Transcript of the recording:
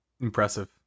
impressive